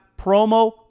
promo